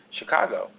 Chicago